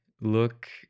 look